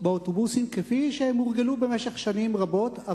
באוטובוסים כפי שהם הורגלו שנים רבות,